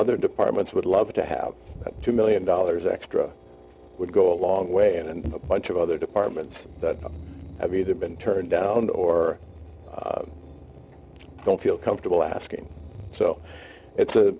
other departments would love to have two million dollars extra would go a long way and a bunch of other departments that have either been turned down or don't feel comfortable asking so it's